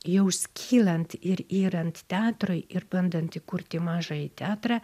jau skylant ir yrant teatrui ir bandant įkurti mažąjį teatrą